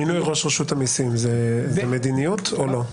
מינוי ראש רשות המיסים, זו מדיניות או לא?